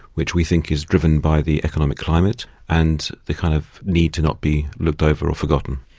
which we think is driven by the economic climate and the kind of need to not be looked over or forgotten.